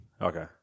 Okay